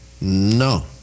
No